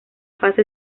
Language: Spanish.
fase